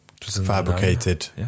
fabricated